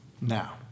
Now